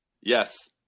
Yes